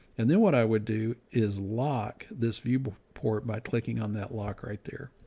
and then what i would do is lock this view but port by clicking on that lock right there.